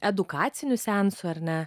edukacinių seansų ar ne